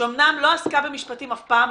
שאמנם לא עסקה במשפטים אף פעם,